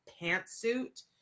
pantsuit